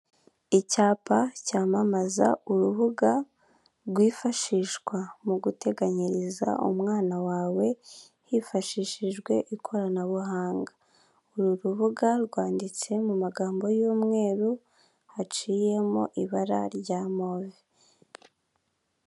Icyapa cyamamaza urubuga rwifashishwa mu guteganyiriza umwana wawe hifashishijwe ikoranabuhanga uru rubuga rwanditse mu magambo y'umweru haciyemo ibara rya move.